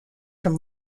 from